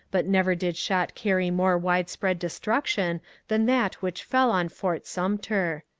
but never did shot carry more widespread destruction than that which fell on fort sumter.